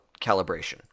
calibration